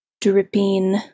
dripping